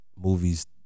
movies